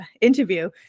interview